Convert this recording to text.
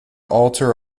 altar